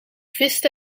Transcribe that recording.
viste